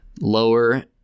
lower